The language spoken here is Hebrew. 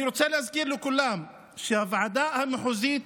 אני רוצה להזכיר לכולם שבוועדה המחוזית